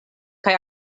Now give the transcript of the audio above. kaj